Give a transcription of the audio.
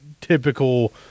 typical